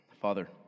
Father